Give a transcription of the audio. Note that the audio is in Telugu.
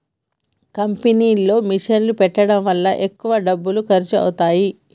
కంపెనీలో మిషన్ పెట్టడం వల్ల ఎక్కువ డబ్బులు ఖర్చు అవుతాయి